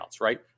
right